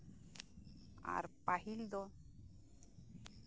ᱟᱨ ᱯᱟᱦᱤᱞ ᱫᱚ